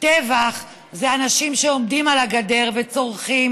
טבח זה אנשים שעומדים על הגדר וצורחים